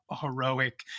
Heroic